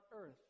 earth